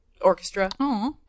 orchestra